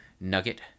nugget